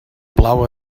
plau